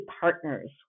partners